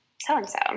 so-and-so